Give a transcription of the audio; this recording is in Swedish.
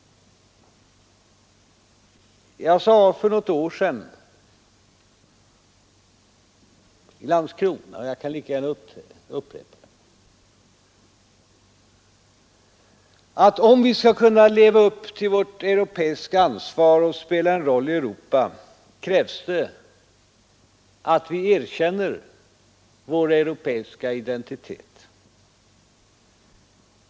Jag sade för något år sedan i Landskrona: Om vi skall kunna leva upp till vårt europeiska ansvar och spela en roll i Europa krävs det att vi erkänner vår europeiska identitet.